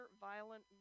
violent